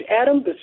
Adam